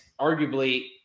arguably